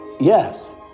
Yes